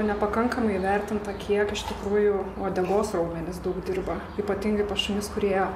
nepakankamai įvertinta kiek iš tikrųjų uodegos raumenys daug dirba ypatingai pas šunis kurie